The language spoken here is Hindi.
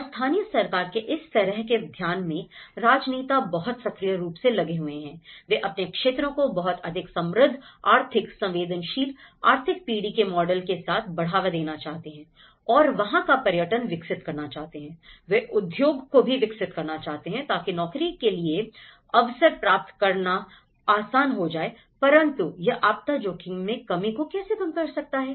और स्थानीय सरकार के इस तरह के ध्यान में राजनेता बहुत सक्रिय रूप से लगे हुए हैं वे अपने क्षेत्रों को बहुत अधिक समृद्ध आर्थिक संवेदनशील आर्थिक पीढ़ी के मॉडल के साथ बढ़ावा देना चाहते हैं और वहां का पर्यटन विकसित करना चाहते हैंI वे उद्योग को भी विकसित करना चाहते हैं ताकि नौकरी के के लिए अवसर प्राप्त करना आसान हो जाए परंतु यह आपदा जोखिम में कमी को कैसे कम कर सकता है